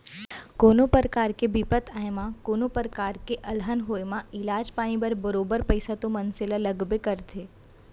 कोनो परकार के बिपत आए म कोनों प्रकार के अलहन होय म इलाज पानी बर बरोबर पइसा तो मनसे ल लगबे करथे